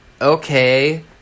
okay